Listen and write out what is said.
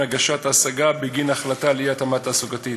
הגשת ההשגה בגין החלטה על אי-התאמה תעסוקתית.